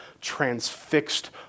transfixed